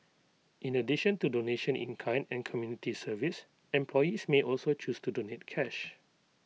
in addition to donation in kind and community service employees may also choose to donate cash